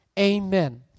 Amen